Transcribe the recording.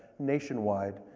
nationwide,